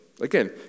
Again